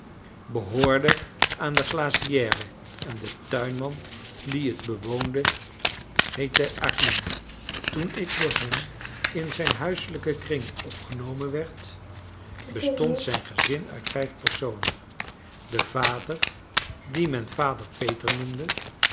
behoorde aan de glacière en de tuinman die het bewoonde heette acquin toen ik door hem in zijn huiselijken kring opgenomen werd bestond zijn gezin uit vijf personen de vader dien men vader peter noemde